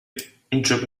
jupiter